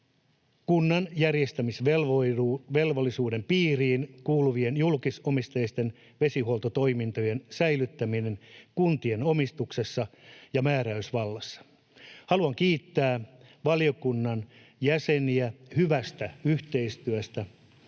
kunnan järjestämisvelvollisuuden piiriin kuuluvien julkisomisteisten vesihuoltotoimintojen säilyttäminen kuntien omistuksessa ja määräysvallassa. Haluan kiittää valiokunnan jäseniä hyvästä yhteistyöstä.